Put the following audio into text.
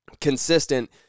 consistent